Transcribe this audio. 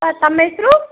sir ತಮ್ಮ ಹೆಸ್ರು